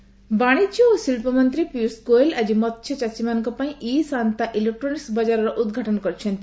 ପୀୟଷ ଗୋଏଲ ବାଣିଜ୍ୟ ଓ ଶିଳ୍ପ ମନ୍ତ୍ରୀ ପୀୟୂଷ ଗୋଏଲ ଆଜି ମସ୍ୟଚାଷୀମାନଙ୍କ ପାଇଁ ଇ ଶାନ୍ତା ଇଲେକ୍ରୋନିକ୍ ବଜାରର ଉଦ୍ଘାଟନ କରିଛନ୍ତି